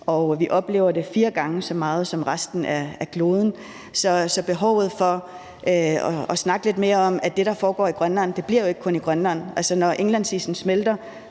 vi oplever det fire gange så meget som resten af kloden. Så der er et behov for at snakke lidt mere om, at det, der foregår i Grønland, jo ikke kun bliver i Grønland. Når indlandsisen smelter,